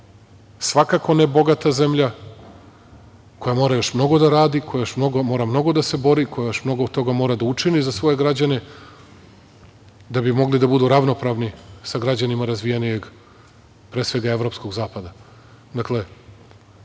svakako ne bogata zemlja, koja mora još mnogo da radi, koja još mora mnogo da se bori, koja još mnogo toga mora da učini za svoje građane da bi mogli da budu ravnopravni sa građanima razvijenijeg, pre svega evropskog zapada. Dakle,